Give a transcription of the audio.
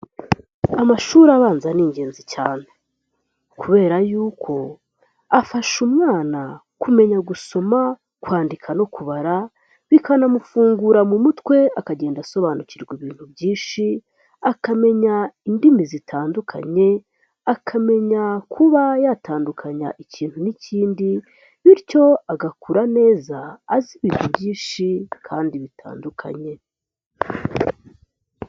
Amashuri abanza ni ingenzi cyane kubera yuko afasha umwana kumenya gusoma, kwandika no kubara bikanamufungura mu mutwe akagenda asobanukirwa ibintu byinshi, akamenya indimi zitandukanye, akamenya kuba yatandukanya ikintu n'ikindi bityo agakura neza azi ibintu byinshi kandi bitandukanye.